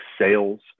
sales